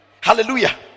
Hallelujah